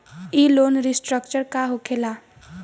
ई loan restructure का होखे ला?